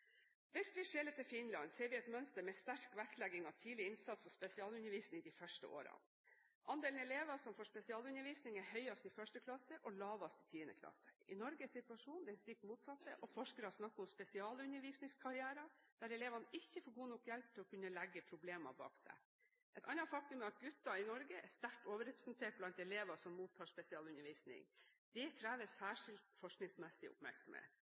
Hvis vi skjeler til Finland, ser vi et mønster med sterk vektlegging av tidlig innsats og spesialundervisning de første årene. Andelen elever som får spesialundervisning, er høyest i 1. klasse og lavest i 10. klasse. I Norge er situasjonen stikk motsatt, og forskere snakker om «spesialundervisningskarrierer», der elevene ikke får god nok hjelp til å kunne legge problemene bak seg. Et annet faktum er at gutter i Norge er sterkt overrepresentert blant elever som mottar spesialundervisning. Det krever særskilt forskningsmessig oppmerksomhet.